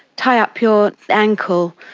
tie up your ankle,